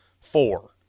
Four